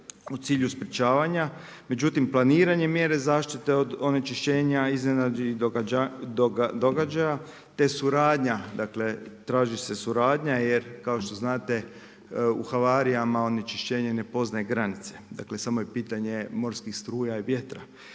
u cilju sprječavanja. Međutim, planiranje mjere zaštite od onečišćenja, iznenadnih događaja, te suradnja dakle, traži se suradnja, je kao što znate u havarijama onečišćenje ne poznaje granice. Dakle, samo je pitanje morskih struja i vjetra.